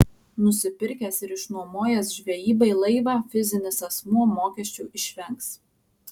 nusipirkęs ir išnuomojęs žvejybai laivą fizinis asmuo mokesčių išvengs